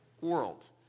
world